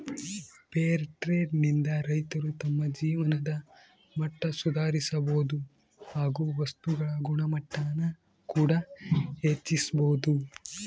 fair trade ನಿಂದ ರೈತರು ತಮ್ಮ ಜೀವನದ ಮಟ್ಟ ಸುಧಾರಿಸಬೋದು ಹಾಗು ವಸ್ತುಗಳ ಗುಣಮಟ್ಟಾನ ಕೂಡ ಹೆಚ್ಚಿಸ್ಬೋದು